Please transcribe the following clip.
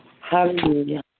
Hallelujah